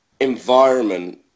environment